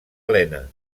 elena